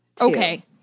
Okay